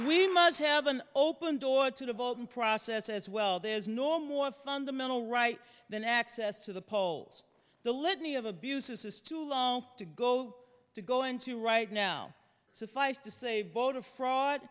we must have an open door to the voting process as well there's no more fundamental right than access to the polls the litany of abuses is too long to go to go into right now suffice to say voter fraud